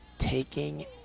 Taking